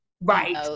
Right